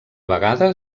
vegada